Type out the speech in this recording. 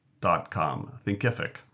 Thinkific